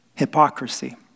hypocrisy